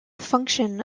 function